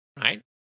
right